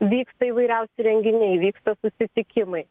vyksta įvairiausi renginiai vyksta susitikimai